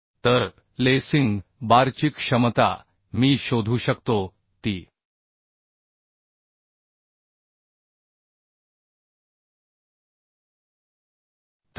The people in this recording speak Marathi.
तर लेसिंग बारची क्षमता मी शोधू शकतो ती 83